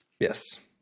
Yes